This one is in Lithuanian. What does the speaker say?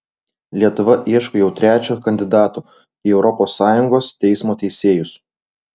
lietuva ieško jau trečio kandidato į europos sąjungos teismo teisėjus